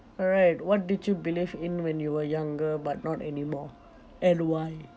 alright what did you believe in when you were younger but not anymore and why